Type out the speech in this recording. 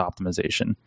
Optimization